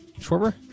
Schwarber